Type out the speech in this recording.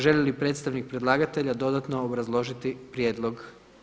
Želi li predstavnik predlagatelja dodatno obrazložiti prijedlog?